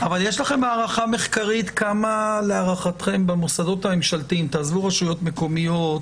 אבל יש לכם הערכה מחקרית כמה במוסדות הממשלתיים תעזבו רשויות מקומיות,